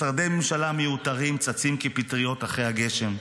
משרדי ממשלה מיותרים צצים כפטריות אחרי הגשם,